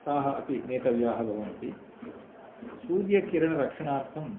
ताः अपि नेतव्याः भवन्ति सूर्यकिरणरक्षणार्थम्